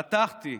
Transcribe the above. רתחתי.